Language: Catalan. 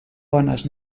bones